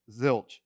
zilch